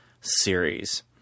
series